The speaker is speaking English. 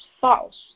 false